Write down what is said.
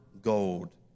gold